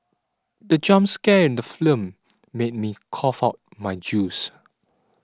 the jump scare in the made me cough out my juice